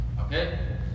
Okay